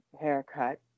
haircut